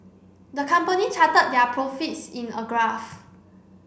the company charted their profits in a graph